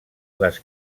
les